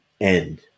end